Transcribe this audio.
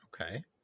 Okay